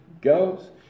goes